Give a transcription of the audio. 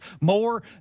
more